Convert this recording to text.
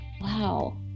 wow